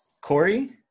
Corey